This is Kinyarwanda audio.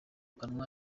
kanwa